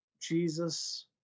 Jesus